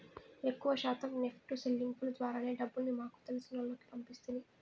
ఎక్కవ శాతం నెప్టు సెల్లింపుల ద్వారానే డబ్బుల్ని మాకు తెలిసినోల్లకి పంపిస్తిని